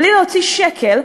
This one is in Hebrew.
בלי להוציא שקל,